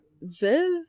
viv